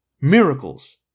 miracles